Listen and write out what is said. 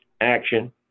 action